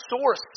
source